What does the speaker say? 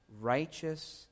righteous